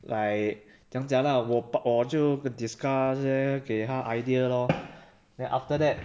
like 假假 lah 我 park 就 discuss there 给他 idea lor then after that